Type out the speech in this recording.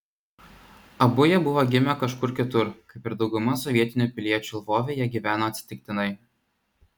abu jie buvo gimę kažkur kitur kaip ir dauguma sovietinių piliečių lvove jie gyveno atsitiktinai